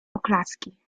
oklaski